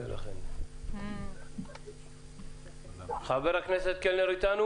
האם אתה איתנו?